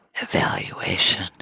evaluation